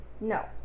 No